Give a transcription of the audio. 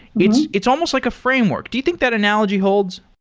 it's it's almost like a framework. do you think that analogy holds?